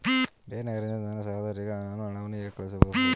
ಬೇರೆ ನಗರದಿಂದ ನನ್ನ ಸಹೋದರಿಗೆ ನಾನು ಹಣವನ್ನು ಹೇಗೆ ಕಳುಹಿಸಬಹುದು?